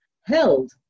held